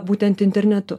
būtent internetu